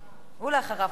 ואחריו,